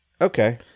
Okay